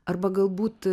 arba galbūt